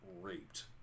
raped